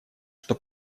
что